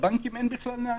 לבנקים אין בכלל נהלים.